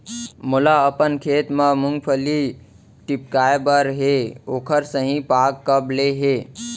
मोला अपन खेत म मूंगफली टिपकाय बर हे ओखर सही पाग कब ले हे?